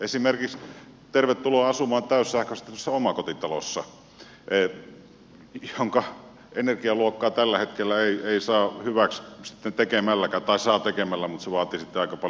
esimerkiksi tervetuloa asumaan täyssähköistetyssä omakotitalossa jonka energialuokkaa tällä hetkellä ei saa hyväksytyksi sitten tekemälläkään tai saa tekemällä mutta se vaatii sitten aika paljon kyllä investointeja